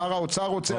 שר האוצר רוצה,